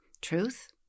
truth